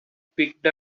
picked